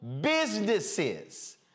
businesses